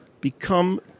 Become